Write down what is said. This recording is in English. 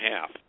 half